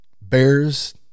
bears